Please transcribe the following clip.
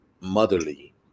motherly